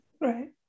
Right